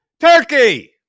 Turkey